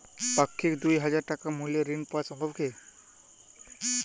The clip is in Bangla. পাক্ষিক দুই হাজার টাকা মূল্যের ঋণ পাওয়া সম্ভব?